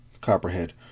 Copperhead